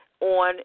on